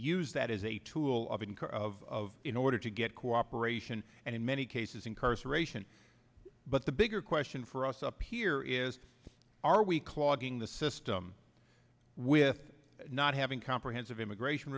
use that as a tool of in car of in order to get cooperation and in many cases incarceration but the bigger question for us up here is are we clogging the system with not having comprehensive immigration